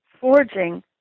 forging